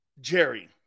Jerry